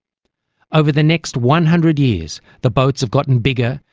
over the next one hundred years the boats have gotten bigger,